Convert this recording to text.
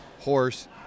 horse